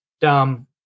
dumb